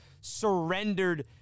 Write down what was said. surrendered